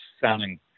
sounding